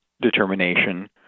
determination